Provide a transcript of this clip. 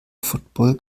football